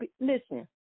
Listen